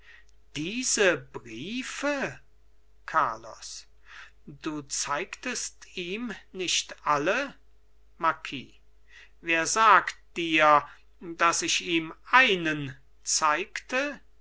diese briefe carlos du zeigtest ihm nicht alle marquis wer sagt dir daß ich ihm einen zeigte